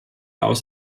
aus